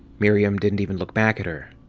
miriam didn't even look back at her.